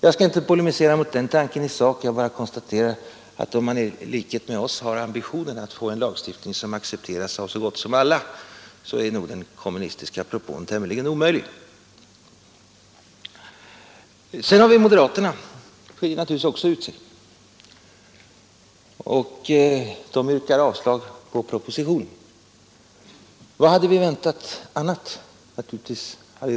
Jag skall inte polemisera mot den tanken i sak. Jag bara konstaterar att om man i likhet med oss har ambitionen att få en lagstiftning som accepteras av så gott som alla är den kommunistiska propån tämligen omöjlig. För det andra har vi moderaterna. De skiljer naturligtvis också ut sig. De yrkar avslag på propositionen. Vad hade vi väntat annat?